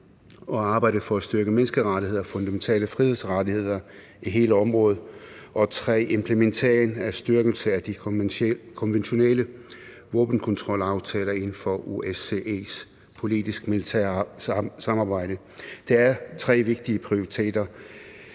og arbejdet for at styrke menneskerettigheder og fundamentale frihedsrettigheder i hele området, og 3) implementering af styrkelse af de konventionelle våbenkontrolaftaler inden for OSCE's politisk-militære samarbejde. Det er tre vigtige prioriteter.